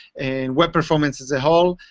and web performance as a whole.